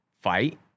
fight